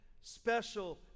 special